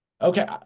Okay